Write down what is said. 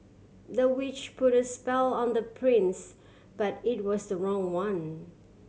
the witch put a spell on the prince but it was the wrong one